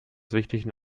wichtigen